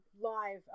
live